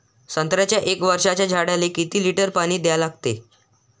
संत्र्याच्या एक वर्षाच्या झाडाले किती लिटर पाणी द्या लागते?